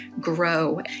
grow